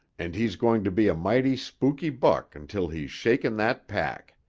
and he's going to be a mighty spooky buck until he's shaken that pack.